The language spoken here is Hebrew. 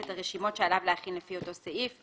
את הרשימות שעליו להכין לפי אותו סעיף,